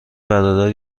برادر